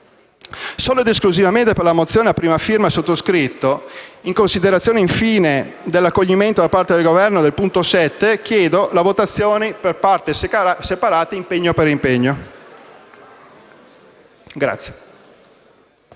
Solo ed esclusivamente per la mozione a prima firma del sottoscritto, in considerazione dell'accoglimento da parte del Governo del punto 7, chiedo la votazione per parti separate dei singoli impegni.